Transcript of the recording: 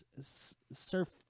surf